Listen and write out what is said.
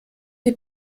die